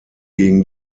gegen